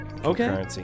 Okay